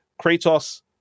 kratos